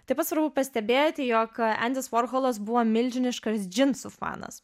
taip pat svarbu pastebėti jog endis vorholas buvo milžiniškas džinsų fanas